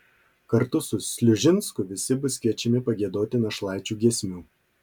kartu su sliužinsku visi bus kviečiami pagiedoti našlaičių giesmių